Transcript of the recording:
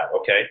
Okay